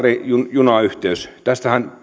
junayhteys tästähän